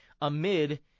amid